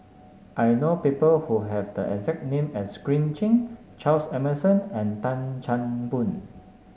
I know people who have the exact name as Green Zeng Charles Emmerson and Tan Chan Boon